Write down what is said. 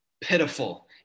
pitiful